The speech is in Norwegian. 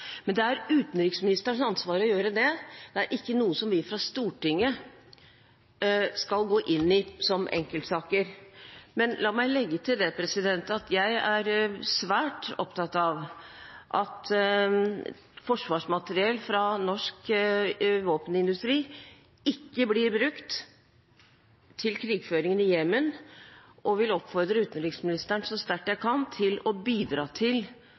Det er utenriksministerens ansvar å gjøre det, det er ikke noe som vi fra Stortinget skal gå inn i som enkeltsaker. La meg legge til at jeg er svært opptatt av at forsvarsmateriell fra norsk våpenindustri ikke blir brukt i krigføringen i Jemen. Jeg vil oppfordre utenriksministeren så sterkt jeg kan om å bidra til